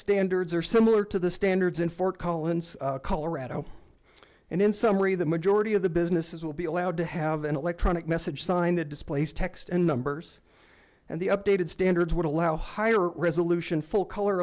standards are similar to the standards in fort collins colorado and in summary the majority of the businesses will be allowed to have an electronic message sign that displays text and numbers and the updated standards would allow higher resolution full color